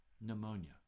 Pneumonia